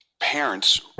Parents